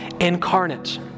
incarnate